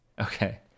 Okay